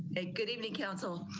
a good evening council,